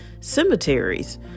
cemeteries